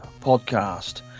podcast